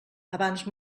abans